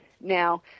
now